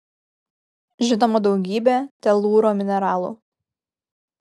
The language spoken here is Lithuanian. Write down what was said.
žinoma daugybė telūro mineralų